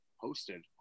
posted